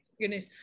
goodness